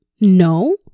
no